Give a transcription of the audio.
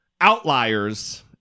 outliers